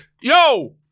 yo